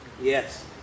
Yes